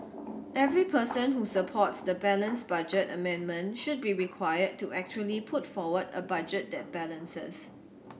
every person who supports the balanced budget amendment should be required to actually put forward a budget that balances